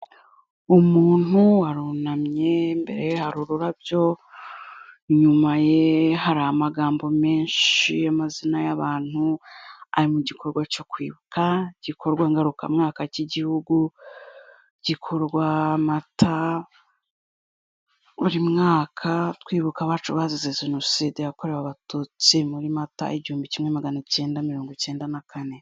Umuntu arunamye imbere ye hari ururabyo, inyuma ye hari amagambo menshi y'amazina y'abantu ari mu gikorwa cyo kwibuka, igikorwa ngarukamwaka cy'igihugu gikorwa Mata buri mwaka, twibuka abacu bazize Jenoside yakorewe abatutsi, muri Mata igihumbi kimwe magana cyenda mirongo icyenda na kane.